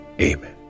amen